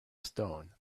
stone